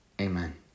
Amen